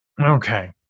Okay